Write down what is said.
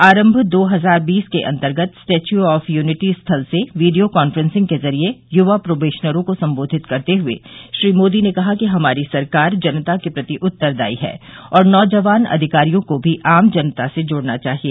आरंभ दो हजार बीस के अंतर्गत स्टेच्यू ऑफ यूनीटी स्थल से वीडियो कॉन्फ्रेंसिंग के जरिए युवा प्रोबेशनरों को सम्बोधित करते हुए श्री मोदी ने कहा कि हमारी सरकार जनता के प्रति उत्तरदायी है और नौजवान अधिकारियों को भी आम जनता से जुड़ना चाहिए